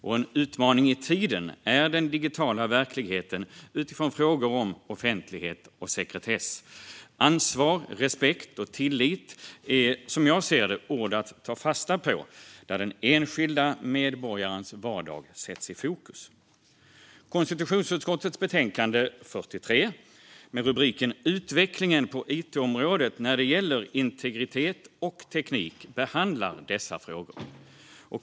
En utmaning i tiden är den digitala verkligheten utifrån frågor om offentlighet och sekretess. Ansvar, respekt och tillit är, som jag ser det, ord att ta fasta på, där den enskilda medborgarens vardag sätts i fokus. Konstitutionsutskottets betänkande 43 med rubriken Utvecklingen på it-området när det gäller integritet och ny teknik behandlar dessa frågor.